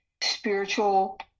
spiritual